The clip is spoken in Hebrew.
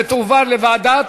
ותועבר לוועדת,